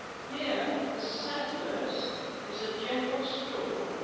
here the saddler's is a general store.